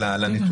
אלא על הנתונים,